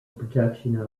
production